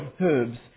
herbs